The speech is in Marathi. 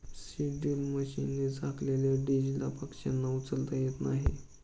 सीड ड्रिल मशीनने झाकलेल्या दीजला पक्ष्यांना उचलता येत नाही